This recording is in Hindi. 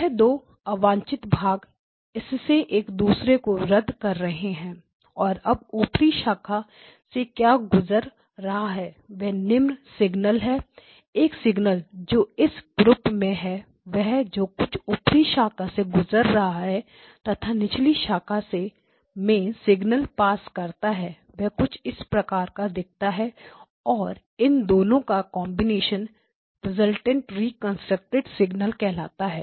यह दो अवांछित भाग इससे एक दूसरे को रद्द कर रहे हैं और अब ऊपरी शाखा से क्या गुजर रहा है वह निम्न सिग्नल है एक सिग्नल जो इस ग्रुप में है वह जो कुछ ऊपरी शाखा से गुजर रहा है तथा निचली शाखा में सिग्नल पास करता है वह कुछ इस प्रकार का दिखता है और इन दोनों का कॉन्बिनेशन रिजल्टेंट रिकंस्ट्रक्टेड सिग्नल कहलाता है